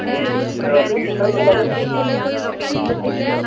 Piyush sir बोल्ला दे ओ